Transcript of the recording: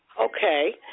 Okay